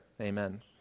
Amen